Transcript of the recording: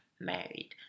married